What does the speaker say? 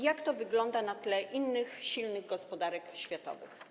Jak to wygląda na tle innych, silnych gospodarek światowych?